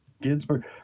Ginsburg